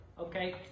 okay